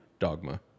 dogma